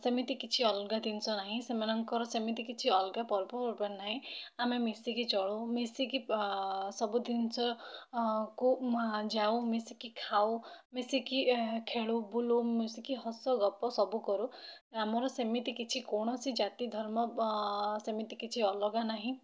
ସେମିତି କିଛି ଅଲଗା ଜିନିଷ ନାହିଁ ସେମାନଙ୍କର ସେମିତି କିଛି ଅଲଗା ପର୍ବ ପର୍ବାଣି ନାହିଁ ଆମେ ମିଶିକି ଚଳୁ ମିଶିକି ସବୁ ଜିନିଷକୁ ଯାଉ ମିଶିକି ଖାଉ ମିଶିକି ଖେଳୁ ବୁଲୁ ମିଶିକି ହସ ଗପ ସବୁ କରୁ ଆମର ସେମିତି କିଛି କୌଣସି ଜାତି ଧର୍ମ ସେମିତି କିଛି ଅଲଗା ନାହିଁ